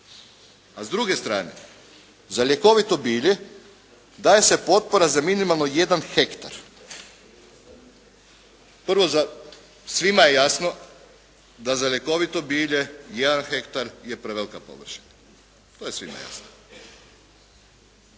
a s druge strane, za ljekovito bilje daje se potpora za minimalno jedan hektar. Prvo svima je jasno da za ljekovito bilje jedan hektar je prevelika površina, to je svima jasno.